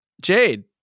jade